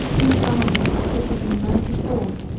who advanced, with his united force,